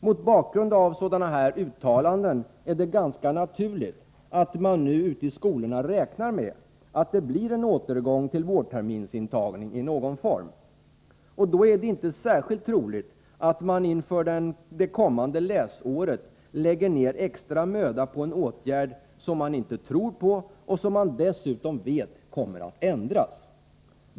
Mot bakgrund av sådana här uttalanden är det ganska naturligt att man nu ute i skolorna räknar med att det blir en återgång till vårterminsintagning i någon form. Då är det inte särskilt troligt att man inför det kommande läsåret lägger ned extra möda på en åtgärd som man inte tror på och som man dessutom vet kommer att ändras.